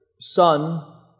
Son